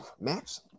Max –